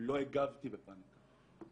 לא הגבתי בפאניקה,